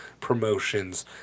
promotions